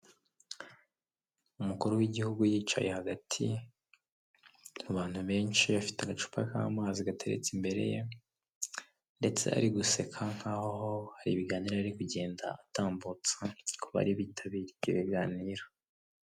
Umukuru w'igihugu yicaye hagati, abantu benshi, afite agacupa k'amazi gateretse imbere ye, ndetse ari guseka nkaho hari ibiganiro ari kugenda atambutsa ku bari bitabiriye ibyo biganiro.